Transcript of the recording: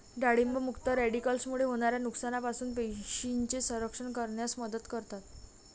डाळिंब मुक्त रॅडिकल्समुळे होणाऱ्या नुकसानापासून पेशींचे संरक्षण करण्यास मदत करतात